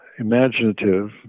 imaginative